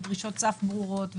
דרישות סף ברורות,